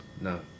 No